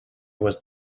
was